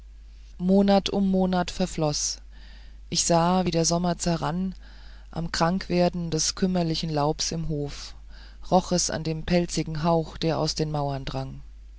monat um monat verfloß ich sah wie der sommer zerrann am krankwerden des kümmerlichen laubs im hof roch es an dem pelzigen hauch der aus den mauern drang